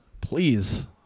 please